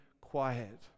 quiet